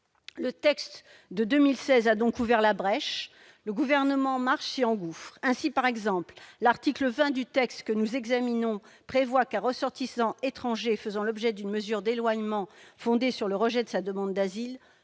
Le texte de 2016 a donc ouvert la brèche, et le gouvernement En Marche s'y engouffre. Ainsi, par exemple, l'article 20 du texte que nous examinons prévoit qu'un ressortissant étranger faisant l'objet d'une mesure d'éloignement fondée sur le rejet de sa demande d'asile